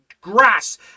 grass